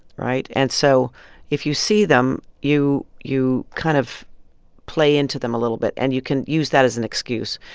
right? and so if you see them, you you kind of play into them a little bit, and you can use that as an excuse.